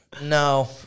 No